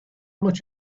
much